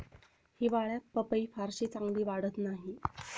हिवाळ्यात पपई फारशी चांगली वाढत नाही